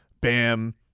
Bam